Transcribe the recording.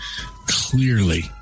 clearly